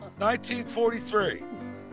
1943